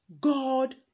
God